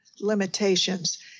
limitations